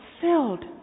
filled